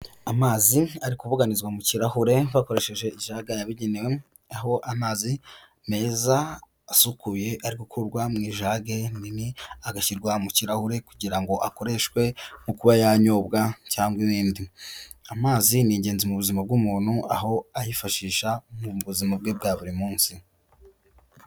Amazi ari kubuganizwa mu kirahure bakoresheje ijaga yabigenewe, aho amazi meza asukuye ari gukurwa mu ijage nini agashyirwa mu kirahure kugira ngo akoreshwe mu kuba yanyobwa, cyangwa ibindi. Amazi ni ingenzi mu buzima bw'umuntu aho ayifashisha mu buzima bwe bwa buri munsi.